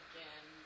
Again